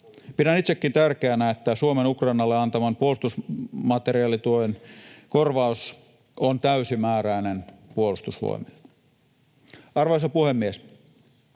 Pidän itsekin tärkeänä, että Suomen Ukrainalle antaman puolustusmateriaalituen korvaus on täysimääräinen Puolustusvoimille. Arvoisa puhemies!